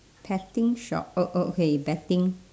petting shop oh oh okay betting